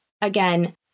again